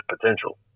potential